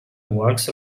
walks